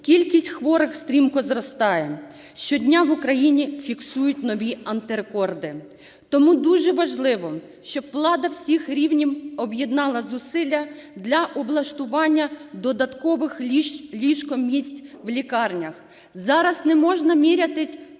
кількість хворих стрімко зростає. Щодня в Україні фіксують нові антирекорди. Тому дуже важливо, щоб влада всіх рівнів об'єднала зусилля для облаштування додаткових ліжко-місць в лікарнях. Зараз не можна мірятись,